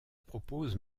propose